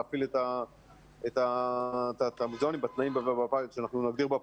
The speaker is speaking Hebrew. להפעיל את המוזיאונים בתנאים ובפיילוט שאנחנו נגדיר.